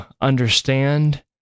understand